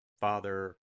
Father